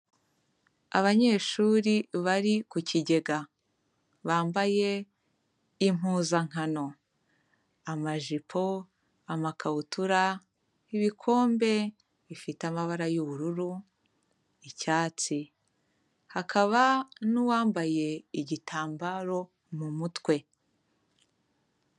Abanyeshuri bari ku kigega bambaye impuzankano amajipo, amakabutura, ibikombe bifite amabara y'ubururu, icyatsi. Hakaba n'uwambaye igitambaro mu mutwe.